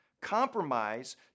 Compromise